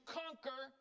conquer